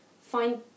find